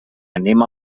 anem